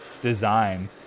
design